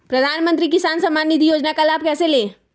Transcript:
प्रधानमंत्री किसान समान निधि योजना का लाभ कैसे ले?